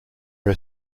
are